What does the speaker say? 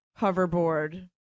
hoverboard